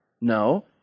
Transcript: No